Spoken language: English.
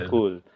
Cool